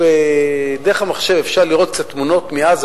דרך המחשב אפשר לראות קצת תמונות מעזה,